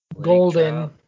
Golden